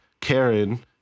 Karen